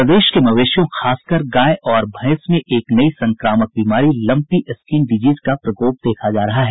प्रदेश के मवेशियों खास कर गाय और भैंस में एक नई संक्रामक बीमारी लम्पी स्कीन डिजीज का प्रकोप देखा जा रहा है